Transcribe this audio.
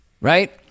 right